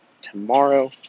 tomorrow